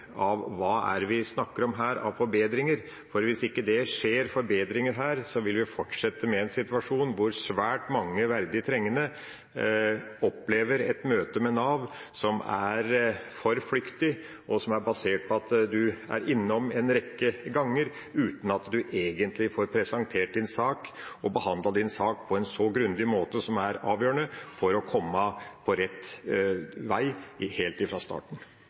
av hva det er vi her snakker om av forbedringer. Hvis det ikke skjer forbedringer her, vil vi fortsette med en situasjon hvor svært mange verdig trengende opplever et møte med Nav som er for flyktig, og som er basert på at man er innom en rekke ganger uten at man egentlig får presentert sin sak, og behandlet sin sak på en så grundig måte som er avgjørende for å komme på rett vei helt fra starten